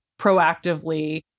proactively